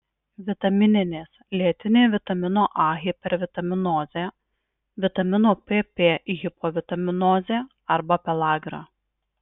vitamininės lėtinė vitamino a hipervitaminozė vitamino pp hipovitaminozė arba pelagra